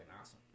awesome